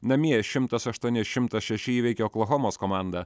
namie šimtas aštuoni šimtas šeši įveikė oklahomos komandą